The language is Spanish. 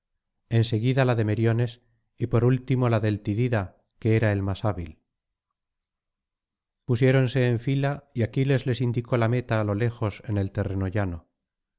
en seguida la de meriones y por último la del tidida que era el más hábil pusiéronse en fila y aquiles les indicó la meta á lo lejos en el terreno llano